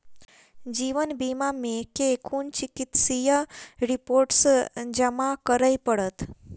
जीवन बीमा मे केँ कुन चिकित्सीय रिपोर्टस जमा करै पड़त?